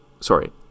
Sorry